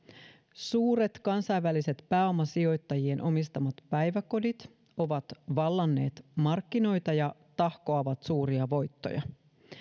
suuret kansainväliset pääomasijoittajien omistamat päiväkodit ovat vallanneet markkinoita ja tahkoavat suuria voittoja